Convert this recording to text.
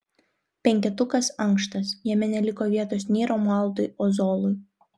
penketukas ankštas jame neliko vietos nei romualdui ozolui